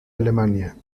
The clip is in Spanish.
alemania